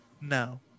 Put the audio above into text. no